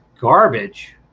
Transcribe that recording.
garbage